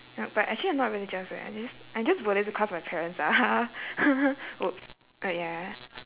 ya but actually I'm not religious leh I'm just buddhist because my parents are !oops! but ya